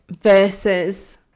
versus